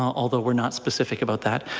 um although we're not specific about that,